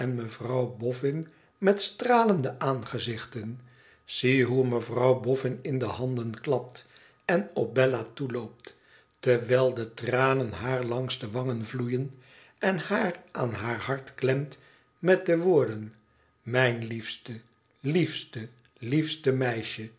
mevrouw boffin met stralende aangezichten zie hoe mevrouw boffin in de handen klapt en op bella toeloopt terwijl de tranen haar langs de wangen vloeien en haar aan haar hart klemt met de woorden mijn liefste liefste liefste meisje